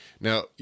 Now